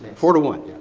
four to one.